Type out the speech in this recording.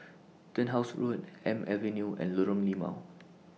Turnhouse Road Elm Avenue and Lorong Limau